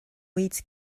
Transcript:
weeds